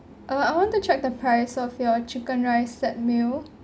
uh I want to check the price of your chicken rice set meal